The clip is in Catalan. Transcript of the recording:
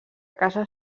casa